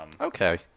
okay